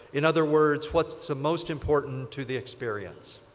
in other words, what's the most important to the experience?